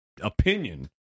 opinion